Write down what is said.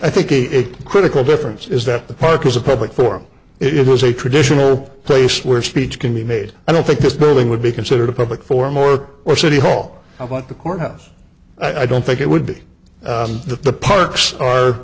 i think a critical difference is that the park is a public forum it was a traditional place where speech can be made i don't think this building would be considered a public forum or or city hall i want the courthouse i don't think it would be the parks are